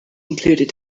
included